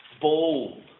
bold